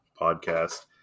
podcast